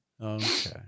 Okay